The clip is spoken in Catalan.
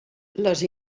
les